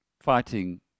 fighting